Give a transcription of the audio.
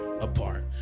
apart